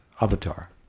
avatar